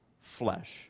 flesh